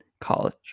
College